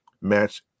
match